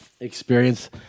experience